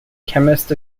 chemist